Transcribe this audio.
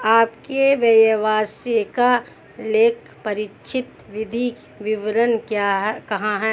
आपके व्यवसाय का लेखापरीक्षित वित्तीय विवरण कहाँ है?